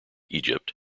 egypt